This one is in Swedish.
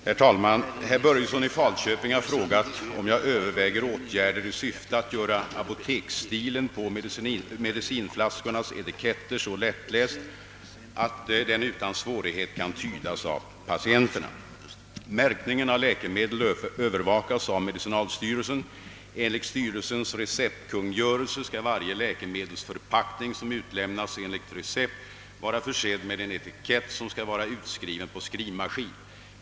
Herr talman! Herr Börjesson i Falköping har frågat om jag överväger åtgärder i syfte att göra apoteksstilen på medicinflaskornas etiketter så lättläst, att den utan svårighet kan tydas av patienterna. av medicinalstyrelsen. Enligt styrelsens receptkungörelse skall varje läkemedelsförpackning, som utlämnas enligt recept, vara försedd med en etikett som skall vara utskriven på skrivmaskin.